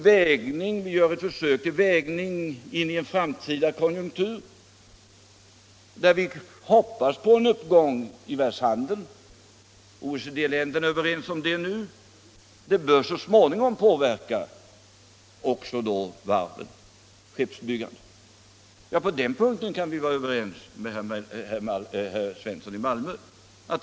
Vi gör ett försök till vägning in i en framtida konjunktur, där vi hoppas på en uppgång i världshandeln - OECD-länderna är nu överens om att det blir en uppgång — och detta bör så småningom påverka också varven, dvs. skeppsbyggandet. På den punkten kan vi hålla med herr Svensson i Malmö.